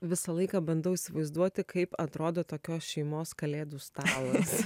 visą laiką bandau įsivaizduoti kaip atrodo tokios šeimos kalėdų stalas